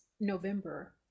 November